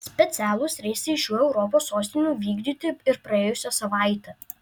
specialūs reisai iš šių europos sostinių vykdyti ir praėjusią savaitę